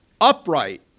upright